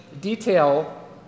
detail